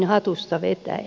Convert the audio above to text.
hatusta vetäen